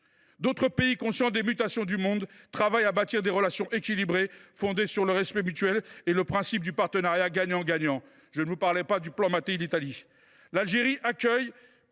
d’autres pays avancent. Conscients des mutations du monde, ceux ci travaillent à bâtir des relations équilibrées, fondées sur le respect mutuel et le principe du partenariat gagnant gagnant. Je ne vous parlerai pas du plan Mattei de l’Italie… L’Algérie accueille